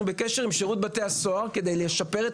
אנחנו בקשר עם בתי הסוהר כדי לשפר את